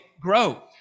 grow